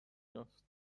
یافت